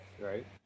Right